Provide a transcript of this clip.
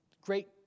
great